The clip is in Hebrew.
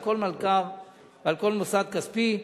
על כל מלכ"ר ועל כל מוסד כספי.